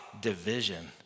division